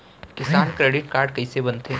किसान credit card कइसे बनथे?